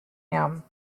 him